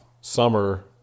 summer